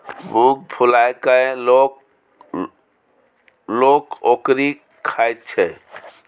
मुँग फुलाए कय लोक लोक ओकरी खाइत छै